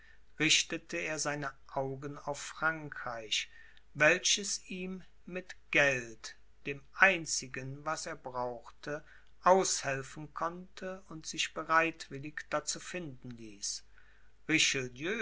richtete er seine augen auf frankreich welches ihm mit geld dem einzigen was er brauchte aushelfen konnte und sich bereitwillig dazu finden ließ